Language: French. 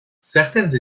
certaines